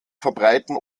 verbreiten